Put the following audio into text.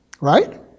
Right